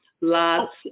Lots